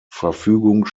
verfügung